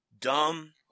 dumb